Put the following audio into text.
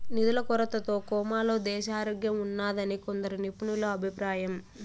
నిధుల కొరతతో కోమాలో దేశారోగ్యంఉన్నాదని కొందరు నిపుణుల అభిప్రాయం